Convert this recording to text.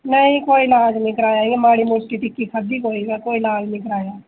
में कोई इलाज नेईं करवाया इ'यां गे माड़ी मुट्टी टिकी खाद्धी कोई ते कोई लाज नेईं कराया